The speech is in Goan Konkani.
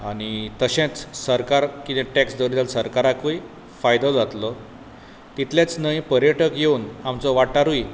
आनी तशेंच सरकार कितें टॅक्स दोर जाल सरकाराकूय फायदो जातलो तितलेंच न्हय पर्यटक येवन आमचो वाटारूय